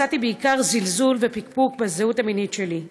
מצאתי בעיקר זלזול ופקפוק בזהות המינית שלי.